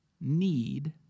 need